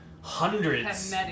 hundreds